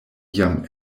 jam